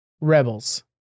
Rebels